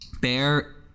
bear